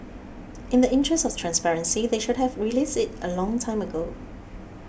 in the interest of transparency they should have released it a long time ago